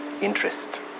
interest